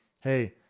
Hey